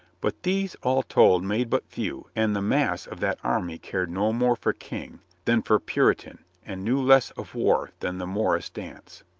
but these all told made but few and the mass of that army cared no more for king than for puri tan and knew less of war than the morris dance.